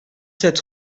sept